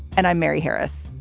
and i'm mary harris.